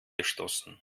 gestoßen